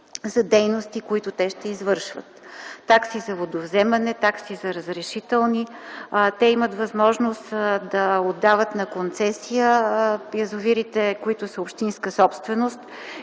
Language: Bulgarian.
за дейности, които те ще извършват – такси за водовземане, такси за разрешителни. Те имат възможност да отдават на концесия язовирите, които са общинска собственост,